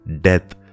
death